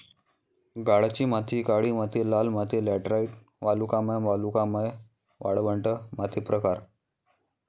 गाळाची माती काळी माती लाल माती लॅटराइट वालुकामय वालुकामय वाळवंट माती प्रकार